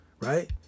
right